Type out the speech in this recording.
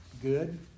good